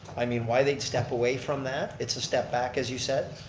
i mean, why they'd step away from that, it's a step back as you said.